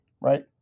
right